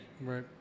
Right